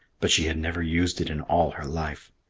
but she had never used it in all her life.